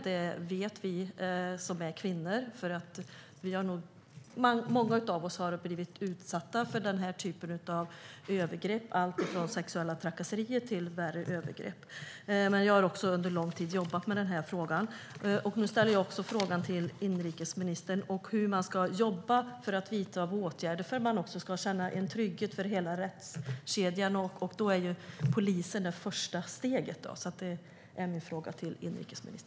Det vet vi som är kvinnor. Många av oss har blivit utsatta för den här typen av övergrepp, allt från sexuella trakasserier till värre övergrepp. Jag har också under lång tid jobbat med den här frågan. Nu ställer jag frågan till inrikesministern: Hur ska ni jobba för att vidta åtgärder för att man ska känna sig trygg med hela rättskedjan? Polisen är ju det första steget.